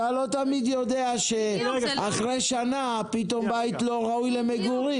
אתה לא תמיד יודע שאחרי שנה פתאום בית לא ראוי למגורים.